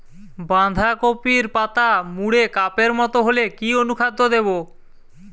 বাঁধাকপির পাতা মুড়ে কাপের মতো হলে কি অনুখাদ্য দেবো?